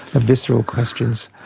the visceral questions.